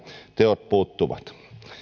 teot puuttuvat